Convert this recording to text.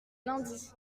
lundi